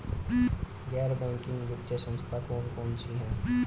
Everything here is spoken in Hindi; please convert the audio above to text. गैर बैंकिंग वित्तीय संस्था कौन कौन सी हैं?